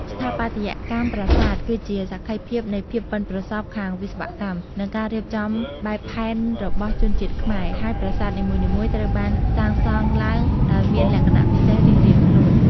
ស្ថាបត្យកម្មប្រាសាទ គឺជាសក្ខីភាពនៃភាពប៉ិនប្រសប់ខាងវិស្វកម្ម និងការរៀបចំបែបផែនរបស់ជនជាតិខ្មែរ ហើយប្រាសាទនីមួយៗត្រូវបានសាងសង់ឡើងដោយមានលក្ខណៈពិសេសរៀងៗខ្លួន។